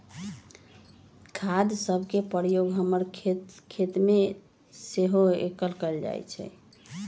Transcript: खाद सभके प्रयोग हमर खेतमें सेहो कएल जाइ छइ